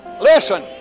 Listen